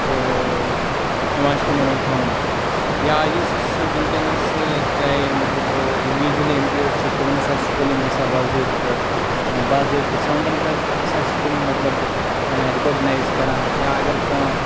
تہٕ یِوان چھِ تِمَن ہُنٛد تھاونہٕ یا یُس سہٕ وٕنکٮ۪نَس چاہے مطلب یِم ویٖجؤلی اِمپیرڑ چھِ تِمَن ہَسا آسہِ سکوٗلِنٛگ گژھان باضٲبطہٕ باضٲبطہٕ ساوُنٛڈَن پٮ۪ٹھ ہَسا چھِ تِم مطلب رِکاگنایز کَران یا اگر کانٛہہ